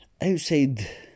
outside